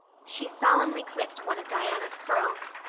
she solemnly clipped one of diana's curls.